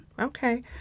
Okay